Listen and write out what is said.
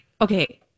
okay